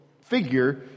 figure